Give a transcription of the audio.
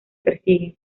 persiguen